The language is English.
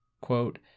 quote